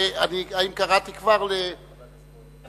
האם קראתי כבר לדובר הבא?